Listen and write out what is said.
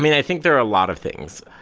mean, i think there are a lot of things.